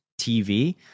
TV